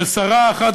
ששרה אחת,